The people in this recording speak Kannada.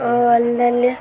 ಅಲ್ಲೆಲ್ಲಿ